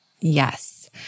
Yes